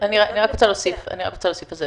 אני רק רוצה להוסיף על זה.